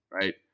right